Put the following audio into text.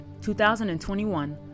2021